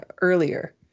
earlier